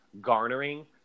garnering